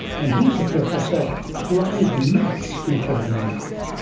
and he's a professor of applied maths, incredibly enough.